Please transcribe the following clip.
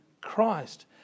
Christ